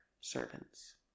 servants